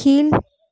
கீழ்